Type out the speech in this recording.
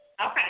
Okay